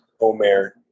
omer